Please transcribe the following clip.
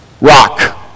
Rock